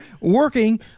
working